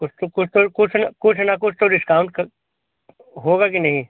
उसकी पर से कुछ ना कुछ ना कुछ तो डिस्काउंट का होगा कि नहीं